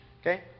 Okay